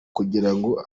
kugirango